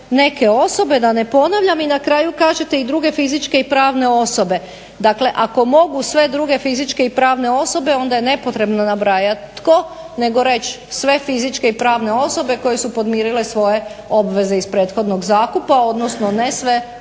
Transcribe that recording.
neke osobe, da ne ponavljam i na kraju kažete i druge fizičke i pravne osobe. Dakle ako mogu sve druge fizičke i pravne osobe onda je nepotrebno nabrajati tko nego reći sve fizičke i pravne osobe koje su podmirile svoje obveze iz prethodnog zakupa, odnosno ne sve, one